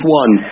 one